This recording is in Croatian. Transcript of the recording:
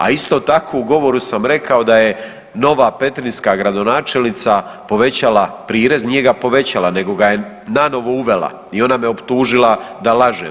A isto tako u govoru sam rekao da je nova petrinjska gradonačelnica povećala prirez, nije ga povećala nego ga je nanovo uvela i ona me optužila da lažem.